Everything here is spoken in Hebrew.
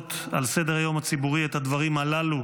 להעלות על סדר-היום הציבורי את הדברים הללו,